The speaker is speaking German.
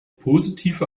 positive